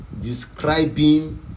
describing